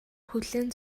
хүлээн